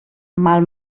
mal